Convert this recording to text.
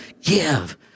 give